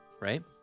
right